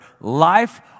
life